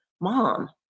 mom